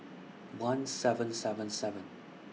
one seven seven seven